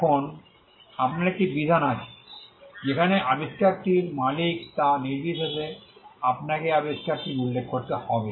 এখন আপনার একটি বিধান আছে যেখানে আবিষ্কারটির মালিক তা নির্বিশেষে আপনাকে আবিষ্কারকটির উল্লেখ করতে হবে